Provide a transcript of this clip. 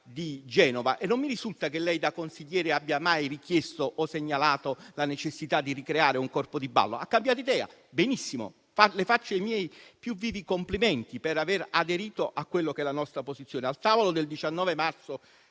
di Genova. Non mi risulta che lei, da consigliere, abbia mai richiesto o segnalato la necessità di ricreare un corpo di ballo. Ha cambiato idea? Benissimo, le faccio i miei più vivi complimenti per aver aderito a quella che è la nostra posizione. Al tavolo del 19 marzo